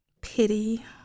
Pity